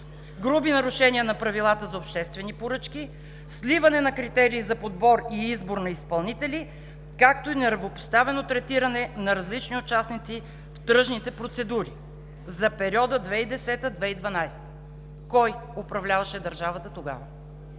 груби нарушения на правилата за обществени поръчки, сливане на критерии за подбор и избор на изпълнители, както и неравнопоставено третиране на различни участници в тръжните процедури“. За периода 2010 – 2012-а! Кой управляваше държавата тогава?